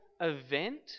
event